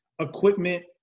equipment